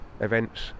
events